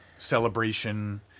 Celebration